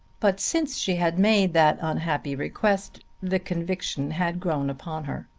but since she had made that unhappy request the conviction had grown upon her.